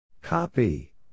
Copy